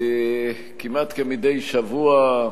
כמעט כמדי שבוע,